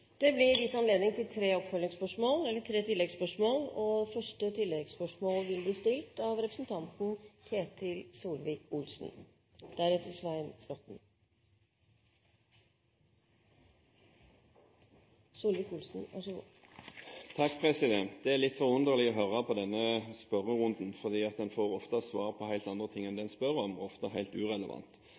Det blir gitt anledning til tre oppfølgingsspørsmål – først Ketil Solvik-Olsen. Det er litt forunderlig å høre på denne spørrerunden, for en får ofte svar på helt andre ting enn det en spør om – og ofte helt